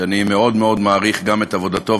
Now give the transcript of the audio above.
שאני מאוד מאוד מעריך גם את עבודתו,